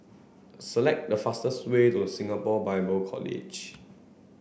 select the fastest way to Singapore Bible College